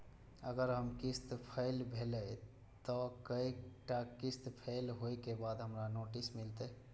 अगर हमर किस्त फैल भेलय त कै टा किस्त फैल होय के बाद हमरा नोटिस मिलते?